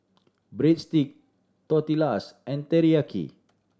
Breadstick Tortillas and Teriyaki